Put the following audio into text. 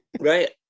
Right